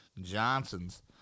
Johnsons